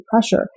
pressure